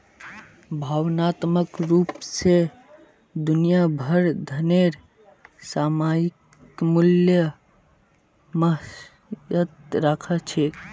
भावनात्मक रूप स दुनिया भरत धनेर सामयिक मूल्य महत्व राख छेक